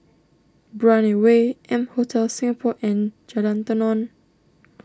Brani Way M Hotel Singapore and Jalan Tenon